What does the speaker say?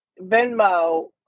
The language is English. Venmo